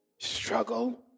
Struggle